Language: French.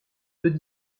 deux